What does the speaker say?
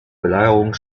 belagerung